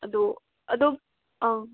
ꯑꯗꯨ ꯑꯗꯨꯝ ꯑꯪ